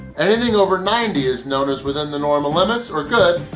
anything over ninety is known as within the normal limits, or good,